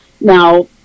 Now